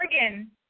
Oregon